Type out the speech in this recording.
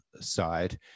side